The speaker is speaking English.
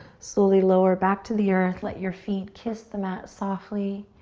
slowly lower back to the earth, let your feet kiss the mat softly.